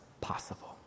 possible